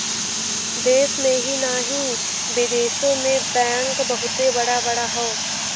देश में ही नाही बिदेशो मे बैंक बहुते बड़ा बड़ा हौ